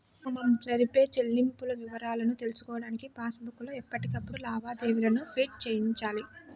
మనం జరిపే చెల్లింపుల వివరాలను తెలుసుకోడానికి పాస్ బుక్ లో ఎప్పటికప్పుడు లావాదేవీలను ప్రింట్ చేయించాలి